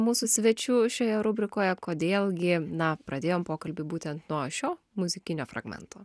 mūsų svečių šioje rubrikoje kodėl gi na pradėjom pokalbį būtent nuo šio muzikinio fragmento